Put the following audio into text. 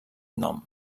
nom